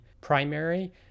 primary